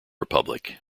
republic